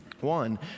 One